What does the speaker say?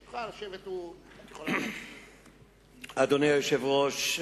1. אדוני היושב-ראש,